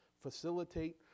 Facilitate